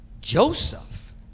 Joseph